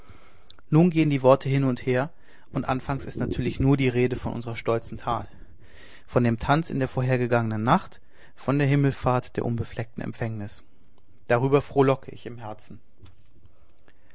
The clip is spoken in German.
nun gehen die worte hin und her und anfangs ist natürlich nur die rede von unserer stolzen tat von dem tanz in der vorvergangenen nacht von der himmelfahrt der unbefleckten empfängnis darüber frohlock ich im herzen